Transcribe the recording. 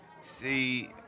See